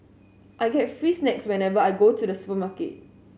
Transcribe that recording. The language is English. I get free snacks whenever I go to the supermarket